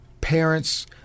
parents